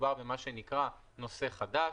מדובר במה שנקרא: נושא חדש.